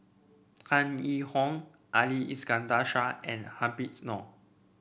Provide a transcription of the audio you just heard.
Tan Yee Hong Ali Iskandar Shah and Habib Noh